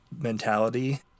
mentality